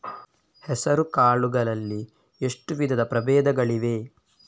ಹೆಸರುಕಾಳು ಗಳಲ್ಲಿ ಎಷ್ಟು ವಿಧದ ಪ್ರಬೇಧಗಳಿವೆ?